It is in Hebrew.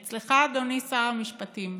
אצלך, אדוני שר המשפטים.